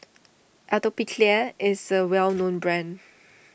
Atopiclair is a well known brand